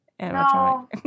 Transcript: no